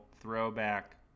throwback